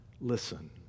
listen